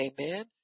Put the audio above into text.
amen